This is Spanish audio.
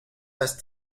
las